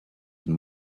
and